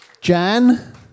Jan